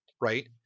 right